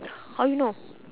how you know